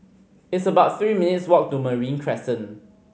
it's about three minutes' walk to Marine Crescent